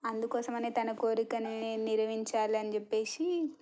అందుకోసమనే తన కోరికను నెరవేర్చాలని చెప్పేసి